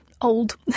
old